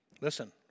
Listen